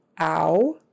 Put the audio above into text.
ow